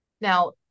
now